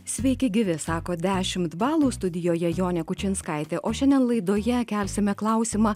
sveiki gyvi sako dešimt balų studijoje jonė kučinskaitė o šiandien laidoje kelsime klausimą